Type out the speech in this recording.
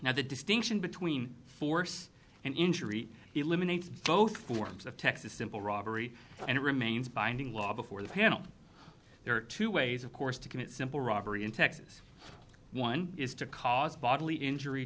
now the distinction between force and injury eliminates both forms of texas simple robbery and remains binding law before the panel there are two ways of course to commit simple robbery in texas one is to cause bodily injury